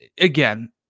again